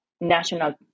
national